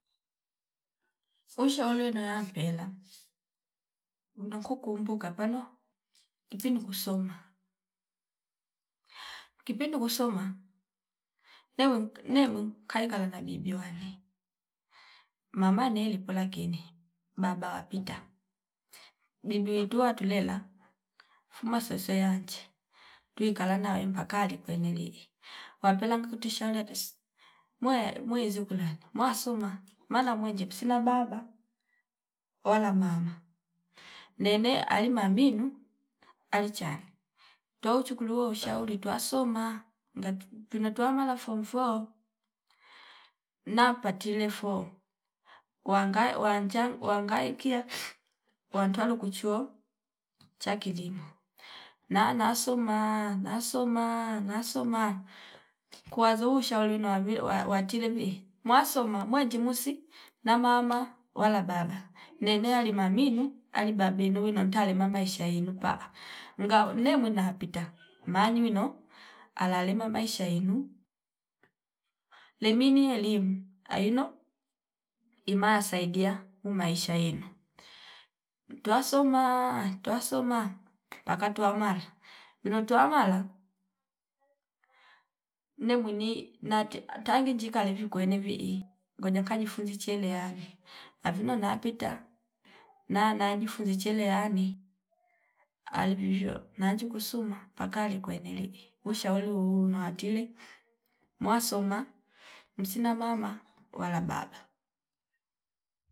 Ushauri noyo yapela mndo kunku umbuka palo inkindu kusoma kipindu kusoma nemwi nemwi kaikala na bibi ywane mama neli pola keni baba wapita bibi witua tulela fuma sese wanje twi kalala yempakala likweli ni paapela nkati shaule yatisi mwe- mweizi kulandi mwasoma mara mwenju kusila baba wala mama nene alima minu alichane twauchu kuluo ushauri twasoma ngatu twina twamala fom foo na patile foo wangaya wanja wangaikia wantwalu kuchuo cha kilimo na- na- nasoma nasoma nasoma nasoma kuwazu ushauri wino wavi wa- watile vi mwasoma mwanji musi na mama wala baba nene yali maminu ali babinu wina talima maisha yenupa ngau nemwina apita manywino alale mama maisha yenu lemenyi elimu aino ima saidia uu maisha yenu, twasoma twasoma paka twamara wino twamala ne mwinu nache atanginjika levwi kwene vwii ngoja nkajifunze cherehani avino napita nana najifunzi cherehani alivivyo nanji kusuma paka alikweneli ushauri uuo nowa atile mwasoma msina mama wala baba